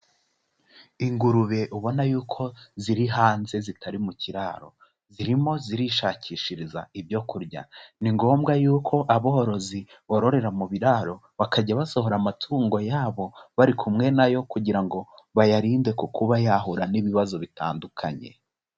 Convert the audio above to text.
Ingurube ubona y'uko ziri hanze zitari mu kiraro, zirimo zirishakishiriza ibyo kurya, ni ngombwa y'uko aborozi bororera mu biraro bakajya basohora amatungo yabo bari kumwe nayo kugira ngo bayarinde ku kuba yahura n'ibibazo bitandukanye.